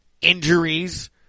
injuries